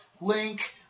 Link